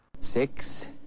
six